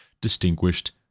distinguished